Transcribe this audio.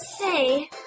Say